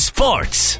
Sports